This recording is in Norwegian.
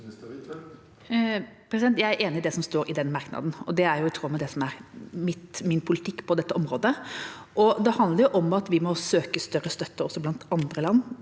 Jeg er enig i det som står i den merknaden, og det er i tråd med det som er min politikk på dette området. Det handler om at vi må søke større støtte blant andre land